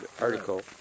article